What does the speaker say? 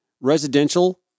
residential